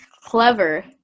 clever